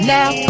Now